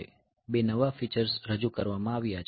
2 નવા ફીચર્સ રજૂ કરવામાં આવ્યા છે